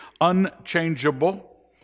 unchangeable